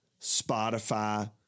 Spotify